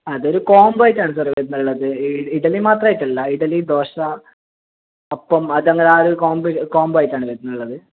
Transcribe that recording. അതൊരു കോംബോ ആയിട്ടാണ് സർ വരുന്നുള്ളത് ഈ ഇഡലി മാത്രമായിട്ടല്ല ഇഡലി ദോശ അപ്പം അതങ്ങനെ ആ ഒരു കോംബോയിൽ കോംബോ ആയിട്ടാണ് വരുന്നുള്ളത്